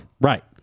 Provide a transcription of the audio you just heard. Right